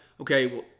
okay